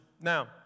Now